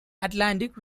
atlantic